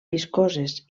viscoses